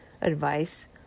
advice